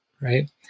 Right